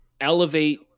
elevate